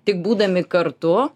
tik būdami kartu